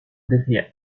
derrière